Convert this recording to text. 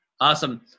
awesome